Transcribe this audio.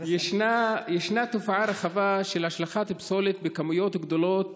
יש תופעה רחבה של השלכת פסולת בכמויות גדולות